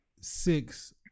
six